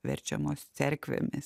verčiamos cerkvėmis